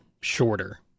shorter